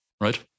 right